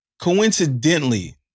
coincidentally